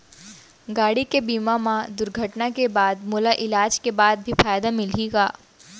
गाड़ी के बीमा मा दुर्घटना के बाद मोला इलाज के भी फायदा मिलही का?